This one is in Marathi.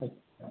अच्छा